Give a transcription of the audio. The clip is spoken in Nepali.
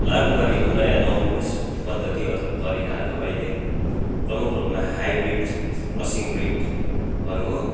लागु गरेको नयाँ नवोन्मेष पद्धति अथवा तरिकाहरू अहिले प्रमुख रूपमा हाइब्रिड क्रसिङ ब्रिडहरू हो